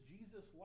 Jesus